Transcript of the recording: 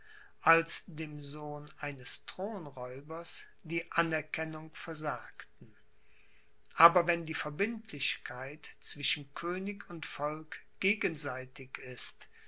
als dem sohn eines thronräubers die anerkennung versagten aber wenn die verbindlichkeit zwischen könig und volk gegenseitig ist